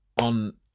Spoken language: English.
on